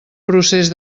procés